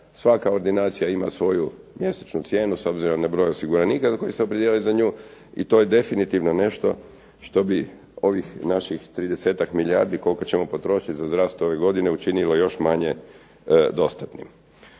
Svaka ordinacija ima svoju mjesečnu cijenu s obzirom na broj osiguranika koji se opredijele za nju i to je definitivno nešto što bi ovih naših tridesetak milijardi koliko ćemo potrošiti za zdravstvo ove godine učinilo još manje dostatnim.